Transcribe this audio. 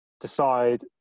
decide